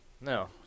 No